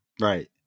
Right